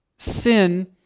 Sin